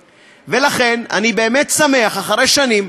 לכן, אני באמת שמח, אחרי שנים,